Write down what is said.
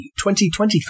2023